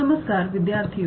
नमस्कार विद्यार्थियों